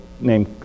name